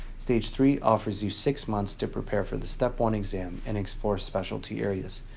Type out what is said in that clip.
stage three offers you six months to prepare for the step one exam and explore specialty areas.